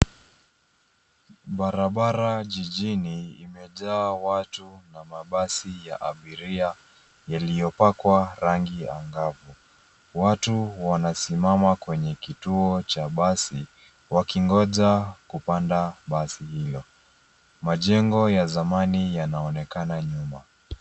Barabara jijini imejaa watu na mabasi ya abiria yaliyopakwa rangi ya angavu. Watu wanasimama kwenye kituo cha basi wakingoja kupanda basi hilo. Majengo ya zamani yanaonekana nyuma.